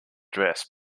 dress